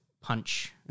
punch